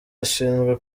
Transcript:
ashinzwe